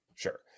Sure